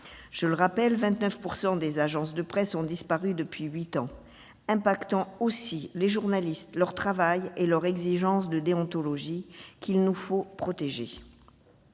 Je le rappelle, 29 % des agences de presse ont disparu depuis huit ans, phénomène affectant aussi les journalistes, leur travail et leur exigence de déontologie qu'il nous faut protéger.